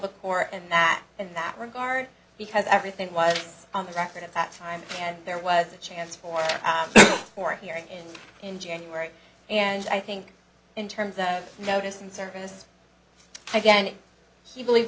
core and that in that regard because everything was on the record at that time and there was a chance for our court hearing in january and i think in terms of notice and service again he believe